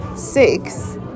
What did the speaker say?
Six